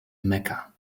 mecca